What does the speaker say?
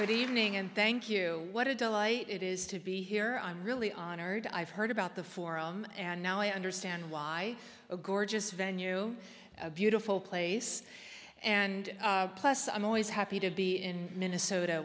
good evening and thank you what it delight it is to be here i'm really honored i've heard about the forum and now i understand why a gorgeous venue a beautiful place and plus i'm always happy to be in minnesota